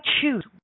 choose